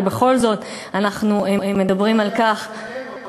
ובכל זאת אנחנו מדברים על כך,